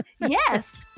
yes